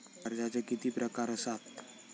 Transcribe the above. कर्जाचे किती प्रकार असात?